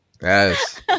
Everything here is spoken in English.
Yes